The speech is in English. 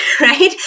right